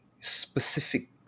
specific